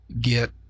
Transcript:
get